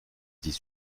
dix